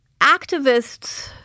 Activists